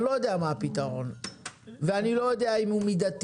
אני לא יודע מה הפתרון ואני לא יודע אם הוא מידתי.